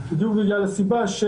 בדיוק בגלל הסיבה ש